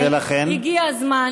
הגיע הזמן.